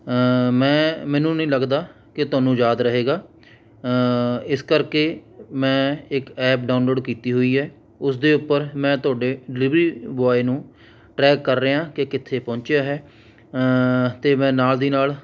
ਮੈੈਂ ਮੈਨੂੰ ਨਹੀਂ ਲੱਗਦਾ ਕਿ ਤੁਹਾਨੂੰ ਯਾਦ ਰਹੇਗਾ ਇਸ ਕਰਕੇ ਮੈਂ ਇੱਕ ਐਪ ਡਾਊਨੋਲਡ ਕੀਤੀ ਹੋਈ ਹੈ ਉਸ ਦੇ ਉੱਪਰ ਮੈਂ ਤੁਹਾਡੇ ਡਿਲੀਵਰੀ ਬੋਆਏ ਨੂੰ ਟਰੈਕ ਕਰ ਰਿਹਾਂ ਕਿ ਕਿੱਥੇ ਪਹੁੰਚਿਆ ਹੈ ਅਤੇ ਮੈਂ ਨਾਲ ਦੀ ਨਾਲ